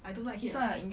I don't like its